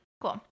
Cool